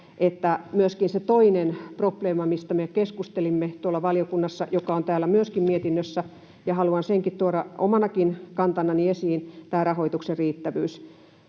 se toinen probleema, mistä me keskustelimme valiokunnassa ja mikä on myöskin täällä mietinnössä — ja haluan tuoda sen omanakin kantanani esiin — on tämä rahoituksen riittävyys.